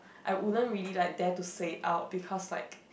I wouldn't really like dare to say out because like